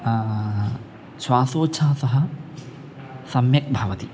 श्वासोच्छ्वासः सम्यक् भवति